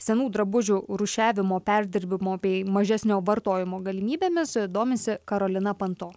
senų drabužių rūšiavimo perdirbimo bei mažesnio vartojimo galimybėmis domisi karolina panto